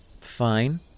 fine